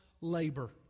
labor